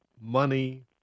money